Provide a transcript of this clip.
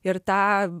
ir tą